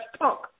punk